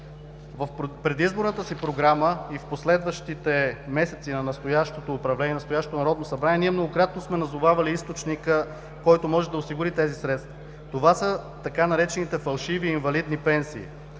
В предизборната си програма и в последващите месеци на настоящото управление, на настоящото Народно събрание, ние многократно сме назовавали източника, който може да осигури тези средства. Това са така наречените „фалшиви инвалидни пенсии“.